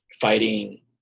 fighting